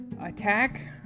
attack